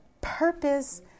purpose